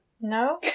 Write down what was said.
no